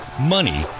money